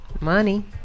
Money